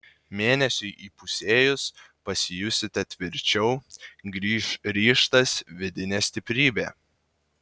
mėnesiui įpusėjus pasijusite tvirčiau grįš ryžtas vidinė stiprybė